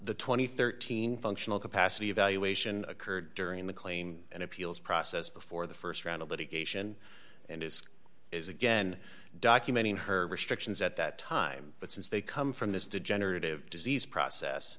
and thirteen functional capacity evaluation occurred during the clean and appeals process before the st round of litigation and is is again documenting her restrictions at that time but since they come from this degenerative disease process